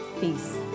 Peace